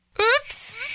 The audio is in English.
Oops